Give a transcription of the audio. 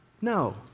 No